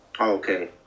okay